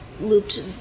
looped